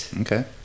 Okay